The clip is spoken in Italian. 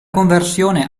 conversione